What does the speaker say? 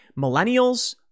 Millennials